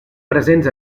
presents